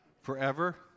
forever